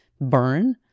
burn